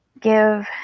give